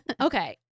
Okay